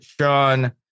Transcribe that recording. Sean